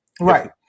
right